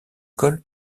col